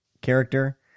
character